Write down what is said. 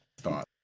thought